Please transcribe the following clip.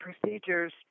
procedures